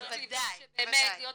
--- שבאמת להיות